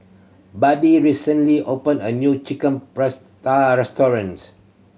Buddy recently opened a new Chicken Pasta restaurant